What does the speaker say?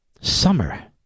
Summer